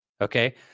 Okay